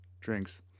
drinks